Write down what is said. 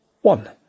One